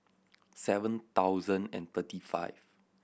seven thousand and thirty five